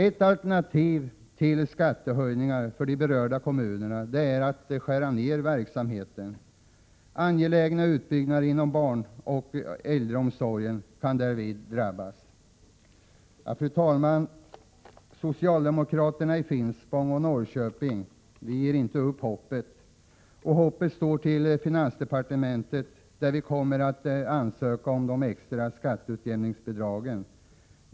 Ett alternativ till skattehöjningar för de berörda kommunerna är att skära ned verksamheten. Angelägna utbyggnader inom barnoch äldreomsorgen kan därvid drabbas. Fru talman! Socialdemokraterna i Finspång och Norrköping ger inte upp hoppet, och hoppet står till finansdepartementet, där vi kommer att ansöka om extra skatteutjämningsbidrag.